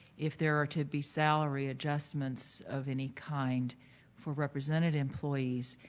if there are to be salary adjustments of any kind for represented employees,